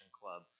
club